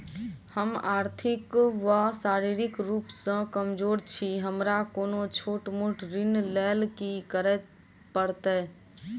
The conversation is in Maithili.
हम आर्थिक व शारीरिक रूप सँ कमजोर छी हमरा कोनों छोट मोट ऋण लैल की करै पड़तै?